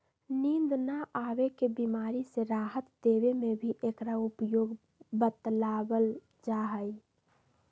नींद न आवे के बीमारी से राहत देवे में भी एकरा उपयोग बतलावल जाहई